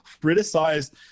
criticized